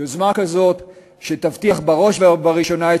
יוזמה כזו שתבטיח בראש ובראשונה את